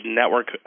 network